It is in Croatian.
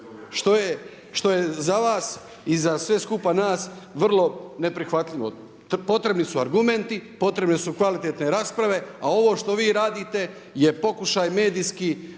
što je za vas i za sve skupa nas vrlo neprihvatljivo. Potrebni su argumenti, potrebne su kvalitetne rasprave, a ovo što vi radite je pokušaj medijski